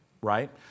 right